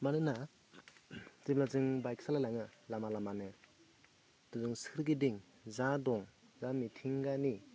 मानोना जेब्ला जों बाइक सालायलाङो लामा लामानो जोंनि सोरगिदिं जा दं जा मिथिंगानि